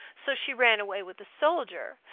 so she ran away with a soldier,